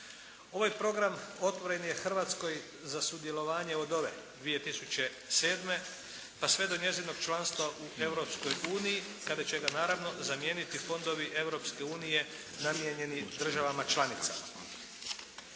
Ovaj program otvoren je Hrvatskoj za sudjelovanje od ove 2007. pa sve do njezinog članstva u Europskoj uniji kada će ga naravno zamijeniti fondovi Europske unije namijenjeni državama članicama.